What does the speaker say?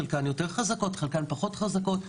חלק יותר חזקות וחלק פחות חזקות.